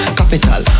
capital